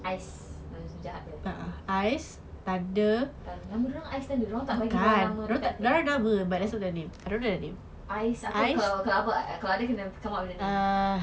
ice yang si jahat itu eh thun~ nama dia orang ice thunder dia orang tak bagi dia orang nama betul-betul ice apa kalau kalau ada kena come out with a name